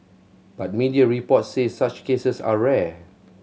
but media reports say such cases are rare